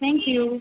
thank you